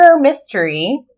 mystery